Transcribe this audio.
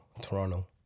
Toronto